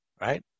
Right